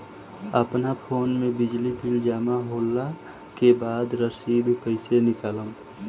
अपना फोन मे बिजली बिल जमा होला के बाद रसीद कैसे निकालम?